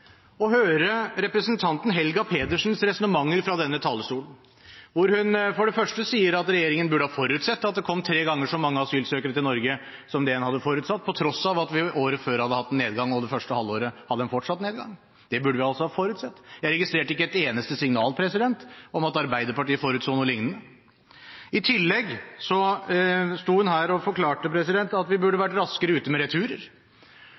å høre representantens Helga Pedersens resonnementer fra denne talerstolen, hvor hun for det første sier at regjeringen burde ha forutsett at det kom tre ganger så mange asylsøkere til Norge som det en hadde forutsatt, på tross av at vi året før hadde hatt nedgang og det første halvåret hadde en fortsatt nedgang. Det burde vi altså ha forutsett. Jeg registrerte ikke et eneste signal om at Arbeiderpartiet forutså noe liknende. I tillegg sto hun her og forklarte at vi burde vært raskere ute med returer.